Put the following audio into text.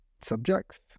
subjects